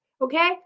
Okay